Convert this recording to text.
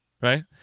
Right